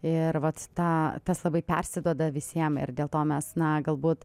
ir vat tą tas labai persiduoda visiem ir dėl to mes na galbūt